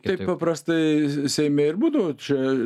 taip paprastai seime ir būdavo čia